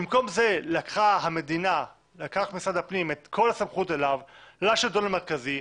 במקום זה לקח משרד הפנים את כל הסמכות אליו לשלטון המרכזי,